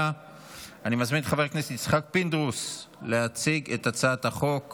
ותעבור לדיון בוועדת הבריאות להכנתה לקריאה השנייה והשלישית.